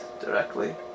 directly